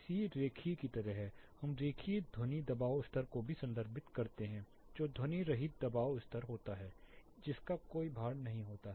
C रेखीय की तरह है हम रैखिक ध्वनि दबाव स्तर को भी संदर्भित करते हैं जो ध्वनि रहित दबाव स्तर होता है जिसका कोई भार नहीं होता है